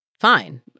fine